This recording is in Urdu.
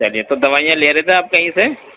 چلیے تو دوائیاں لے رہے تھے آپ کہیں سے